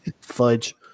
Fudge